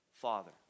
Father